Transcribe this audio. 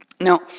Now